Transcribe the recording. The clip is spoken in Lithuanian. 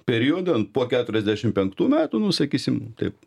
periodą po keturiasdešimt penktų metų nu sakysim taip